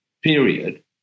period